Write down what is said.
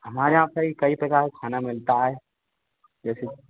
हमारे यहाँ पर कई प्रकार का खाना मिलता है जैसे